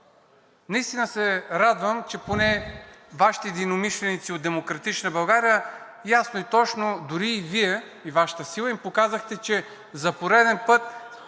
Наистина се радвам, че поне Вашите единомишленици от „Демократична България“ ясно и точно, дори и Вие, и Вашата сила им показахте, че за пореден път,